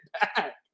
back